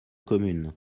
commune